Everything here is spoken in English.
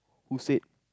who said